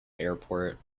airport